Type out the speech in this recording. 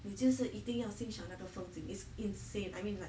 你就是一定要欣赏那个风景 is insane I mean like